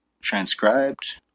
transcribed